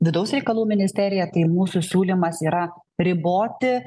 vidaus reikalų ministerija tai mūsų siūlymas yra riboti